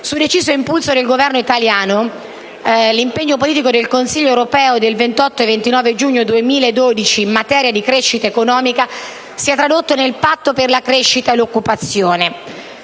Su deciso impulso del Governo, l'impegno politico del Consiglio europeo del 28 e 29 giugno 2012 in materia di crescita economica si è tradotto nel Patto per la crescita e l'occupazione,